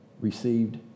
received